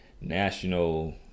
national